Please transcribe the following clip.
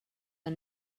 are